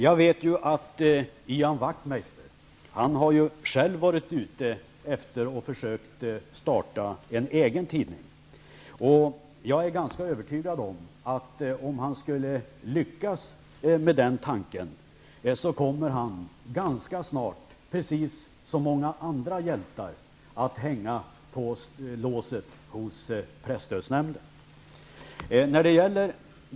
Jag vet att Ian Wachtmeister själv har försökt starta en egen tidning, och jag är ganska övertygad om att han, om han skulle lyckas med den tanken, precis som många andra hjältar snart kommer att hänga på låset hos presstödsnämnden.